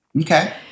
Okay